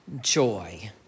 joy